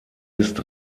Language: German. ist